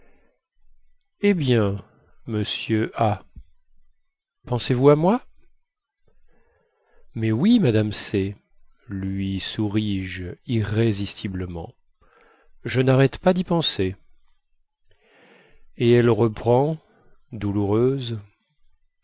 eh bien monsieur a pensez-vous à moi mais oui madame c lui souris je irrésistiblement je narrête pas dy penser et elle reprend douloureuse